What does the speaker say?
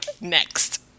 next